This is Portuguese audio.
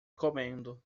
comendo